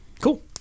Cool